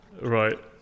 Right